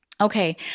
Okay